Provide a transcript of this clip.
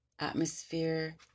Atmosphere